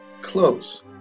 Close